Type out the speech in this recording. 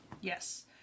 Yes